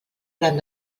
hauran